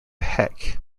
heck